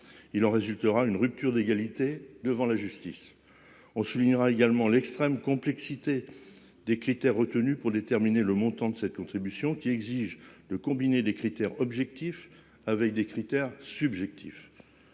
Il en résultera une rupture d'égalité devant la justice. On soulignera également l'extrême complexité des critères retenus pour déterminer le montant de cette contribution qui exige le combiné des critères objectifs avec des critères subjectifs.